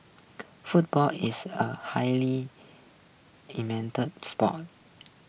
football is a highly sport